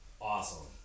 Awesome